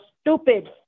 stupid